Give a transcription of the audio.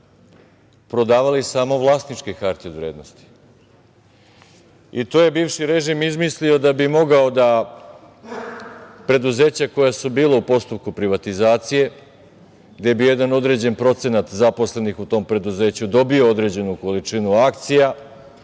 prodavali samo vlasničke hartije od vrednosti. To je bivši režim izmislio da bi mogao da preduzeća koja su bula u postupku privatizacije, gde bi jedan određen procenat zaposlenih u tom preduzeću dobio određenu količinu akcija,